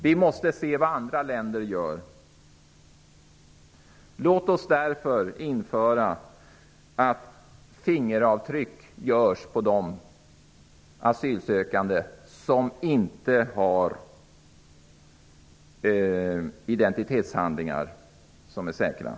Vi måste se vad andra länder gör. Låt oss därför införa ett system som innebär att fingeravtryck görs på de asylsökande som inte har tillförlitliga identitetshandlingar. Tack!